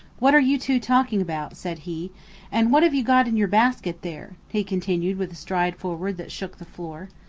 what are you two talking about? said he and what have you got in your basket there? he continued with a stride forward that shook the floor.